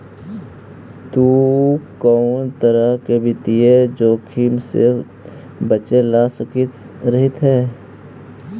तु कउनो तरह के वित्तीय जोखिम से बचे ला सतर्क रहिये